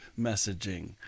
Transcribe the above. messaging